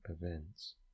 events